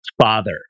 father